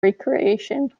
recreation